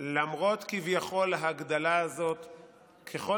שלמרות ההגדלה הזאת כביכול,